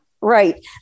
Right